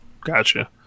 Gotcha